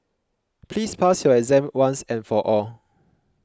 please pass your exam once and for all